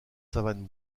savanes